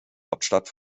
hauptstadt